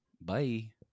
bye